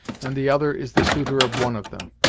and the other is the suitor of one of them.